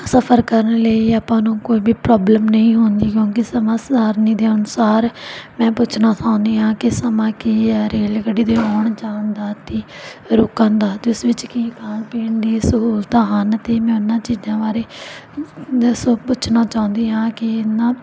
ਸਫ਼ਰ ਕਰਨ ਲਈ ਆਪਾਂ ਨੂੰ ਕੋਈ ਵੀ ਪ੍ਰੋਬਲਮ ਨਹੀਂ ਹੁੰਦੀ ਕਿਉਂਕਿ ਸਮਾਂ ਸਾਰਨੀ ਦੇ ਅਨੁਸਾਰ ਮੈਂ ਪੁੱਛਣਾ ਚਾਹੁੰਦੀ ਹਾਂ ਕਿ ਸਮਾਂ ਕੀ ਹੈ ਰੇਲਗੱਡੀ ਦੇ ਆਉਣ ਜਾਣ ਦਾ ਅਤੇ ਰੁੱਕਣ ਦਾ ਅਤੇ ਉਸ ਵਿੱਚ ਕੀ ਖਾਣ ਪੀਣ ਦੀ ਸਹੂਲਤਾਂ ਹਨ ਅਤੇ ਮੈਂ ਉਨ੍ਹਾਂ ਚੀਜ਼ਾਂ ਬਾਰੇ ਦੱਸੋ ਪੁੱਛਣਾ ਚਾਹੁੰਦੀ ਹਾਂ ਕਿ ਇਨ੍ਹਾਂ